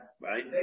right